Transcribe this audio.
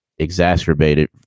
exacerbated